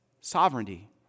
Sovereignty